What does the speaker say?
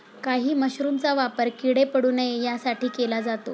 काही मशरूमचा वापर किडे पडू नये यासाठी केला जातो